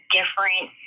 different